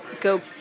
go